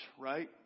right